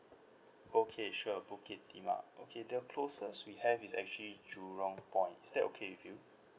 okay sure bukit timah okay the closest we have is actually jurong point is that okay with you